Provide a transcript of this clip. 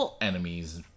enemies